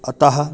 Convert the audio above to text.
अतः